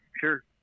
sure